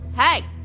hey